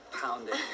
pounding